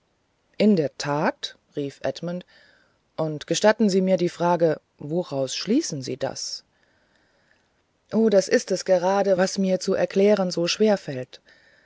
in der tat rief edmund aber gestatten sie mir die frage woraus schließen sie das o das ist es gerade was mir zu erklären so schwer fällt